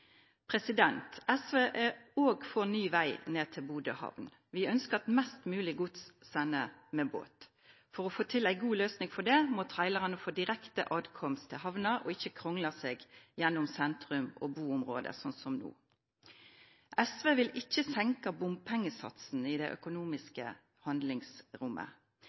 SV er også for ny vei ned til Bodø havn. Vi ønsker at mest mulig gods sendes med båt. For å få til en god løsning for dette må trailerne få direkte adkomst til havna og ikke krongle seg gjennom sentrum og boområder slik som nå. SV vil ikke senke bompengesatsen i det økonomiske handlingsrommet.